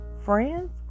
Friends